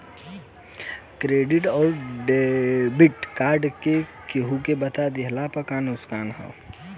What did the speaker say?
Debit या credit card PIN केहूके बता दिहला से का नुकसान ह?